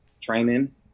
training